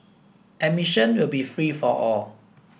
admission will be free for all